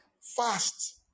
Fast